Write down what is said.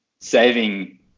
saving